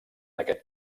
aquest